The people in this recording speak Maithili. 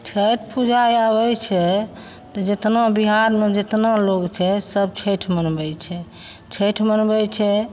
छैठ पूजा आबय छै तऽ जेतना बिहारमे जेतना लोग छै सब छैठ मनबय छै छैठ मनबय छै